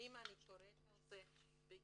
לפעמים אני קוראת על זה בעיתונים,